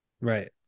Right